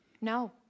No